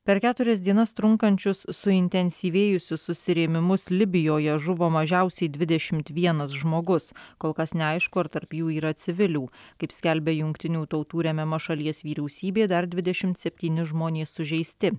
per keturias dienas trunkančius suintensyvėjusius susirėmimus libijoje žuvo mažiausiai dvidešimt vienas žmogus kol kas neaišku ar tarp jų yra civilių kaip skelbia jungtinių tautų remiama šalies vyriausybė dar dvidešimt septyni žmonės sužeisti